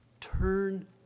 turn